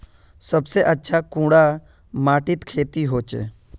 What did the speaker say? सबसे अच्छा कुंडा माटित खेती होचे?